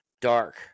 dark